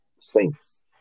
Saints